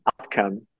outcome